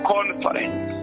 Conference